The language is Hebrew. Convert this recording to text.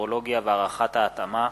המטרולוגיה והערכת ההתאמה,